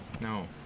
No